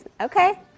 Okay